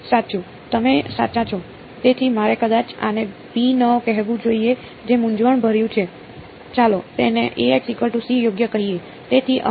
સાચું તમે સાચા છો તેથી મારે કદાચ આને બી ન કહેવું જોઈએ જે મૂંઝવણભર્યું છે ચાલો તેને યોગ્ય કહીએ